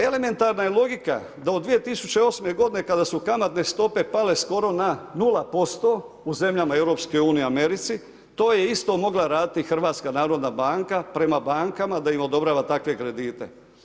Elementarna je logika da od 2008. godine kada su kamatne stope pale skoro na 0% u zemljama EU, Americi, to je isto mogla raditi i HNB prema bankama da im odobrava takve kredite.